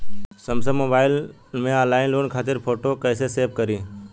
Samsung mobile में online loan खातिर photo कैसे सेभ करीं?